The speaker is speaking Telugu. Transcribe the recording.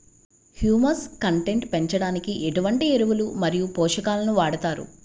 హ్యూమస్ కంటెంట్ పెంచడానికి ఎటువంటి ఎరువులు మరియు పోషకాలను వాడతారు?